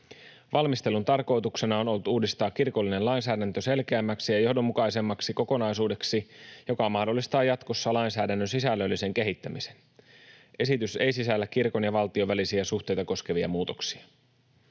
Valmistelun tarkoituksena on ollut uudistaa kirkollinen lainsäädäntö selkeämmäksi ja johdonmukaisemmaksi kokonaisuudeksi, joka mahdollistaa jatkossa lainsäädännön sisällöllisen kehittämisen. Esitys ei sisällä kirkon ja valtion välisiä suhteita koskevia muutoksia.